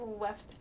left